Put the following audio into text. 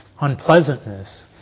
unpleasantness